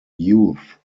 youth